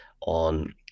on